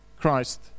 Christ